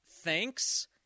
thanks